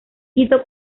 quito